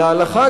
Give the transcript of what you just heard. "להלכה,